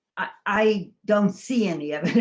i don't see any evidence.